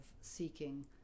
seeking